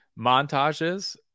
montages